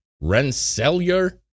Rensselaer